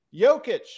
Jokic